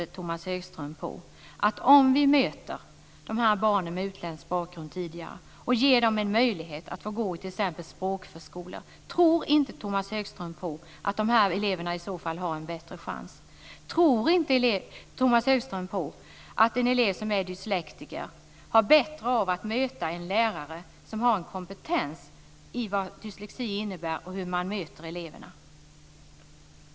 Om vi möter barn med utländsk bakgrund tidigare och ger dem en möjlighet att få gå i t.ex. språkförskolor, tror inte Tomas Högström att dessa elever i så fall har en bättre chans? Tror inte Tomas Högström att det är bättre för en elev som är dyslektiker att möta en lärare som har en kompetens i vad dyslexi innebär och hur man möter eleverna?